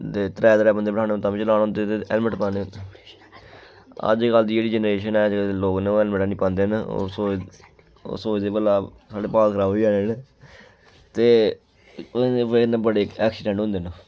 ते त्रै त्रै बंदे बठाह्ने तां बी चलान होंदे ते हेलमेट पाने अज्जकल दी जेह्ड़ी जनरेशन ऐ अज्जकल दे लोक न ओह् हेलमेट हैनी पांदे न ओह् सोचदे ओह् सोचदे भला साढ़े बाल खराब होई जाने न ते ओह्दे बजह कन्नै बड़े ऐक्सीडेंट होंदे न